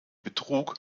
betrug